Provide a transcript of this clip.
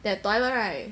their toilet right